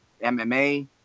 MMA